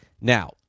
Now